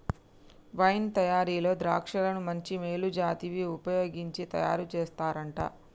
wine తయారీలో ద్రాక్షలను మంచి మేలు జాతివి వుపయోగించి తయారు చేస్తారంట